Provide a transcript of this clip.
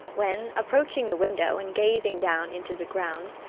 when, approaching the window and gazing down into the grounds,